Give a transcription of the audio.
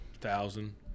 Thousand